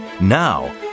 Now